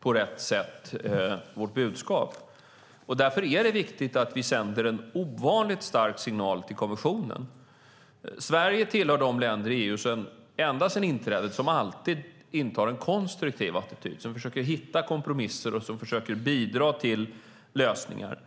vårt budskap på rätt sätt. Därför är det viktigt att vi sänder en ovanligt stark signal till kommissionen. Sverige tillhör de länder i EU som ända sedan inträdet alltid har intagit en konstruktiv attityd, försöker hitta kompromisser och försöker bidra till lösningar.